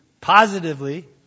positively